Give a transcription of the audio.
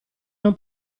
non